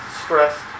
stressed